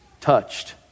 touched